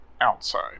outside